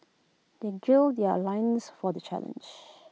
they gill their loins for the challenge